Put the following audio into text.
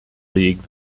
league